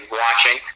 watching